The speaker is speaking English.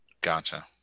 Gotcha